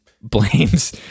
blames